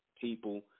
people